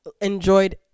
enjoyed